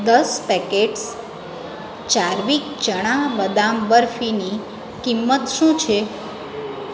દસ પેકેટ્સ ચાર્વિક ચણા બદામ બરફીની કિંમત શું છે